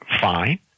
fine